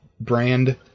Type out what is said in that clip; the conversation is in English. brand